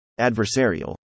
Adversarial